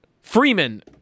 Freeman